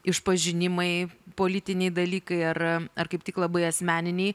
išpažinimai politiniai dalykai ar ar kaip tik labai asmeniniai